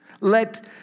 Let